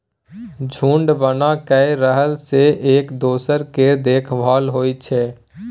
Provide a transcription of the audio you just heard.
झूंड बना कय रहला सँ एक दोसर केर देखभाल होइ छै